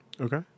okay